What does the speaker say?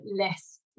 less